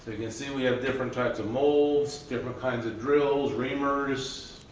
you can see we have different types of molds, different kinds of drills, reamers.